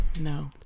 No